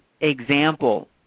example